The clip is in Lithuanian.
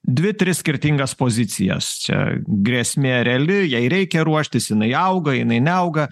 dvi tris skirtingas pozicijas čia grėsmė reali jai reikia ruoštis jinai auga jinai neauga